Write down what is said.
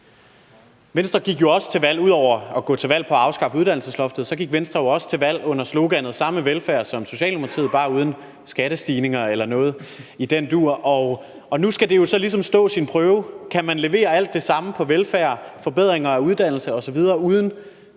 Kasper Sand Kjær (S): Ud over at gå til valg på at afskaffe uddannelsesloftet gik Venstre jo også til valg under sloganet samme velfærd som Socialdemokratiet bare uden skattestigninger – eller noget i den dur. Og nu skal det jo så ligesom stå sin prøve. Kan man levere alt det samme på velfærd, forbedringer af uddannelse osv. uden